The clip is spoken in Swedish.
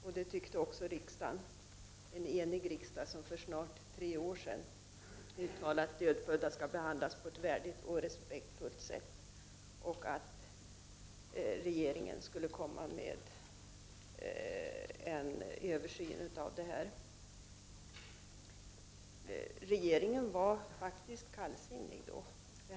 Samma mening hade också en enig riksdag, som för snart tre år sedan uttalade att dödfödda skall behandlas på ett värdigt och respektfullt sätt och att regeringen skulle göra en översyn. Vid den tidpunkten var faktiskt regeringen kallsinnig.